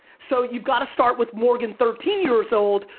so you've gotta start with morgan, thirteen years old,